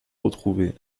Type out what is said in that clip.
retrouvés